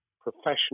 professional